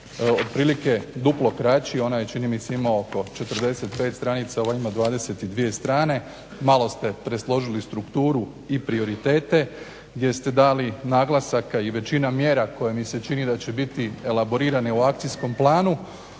otprilike duplo kraći, onaj je čini mi se imao oko 45 stranica, ovaj ima 22 strane, malo ste presložili strukturu i prioritete gdje ste dali naglasak, a i većina mjera koja mi se čini da će biti elaborirani u akcijskom planu,